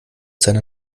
seiner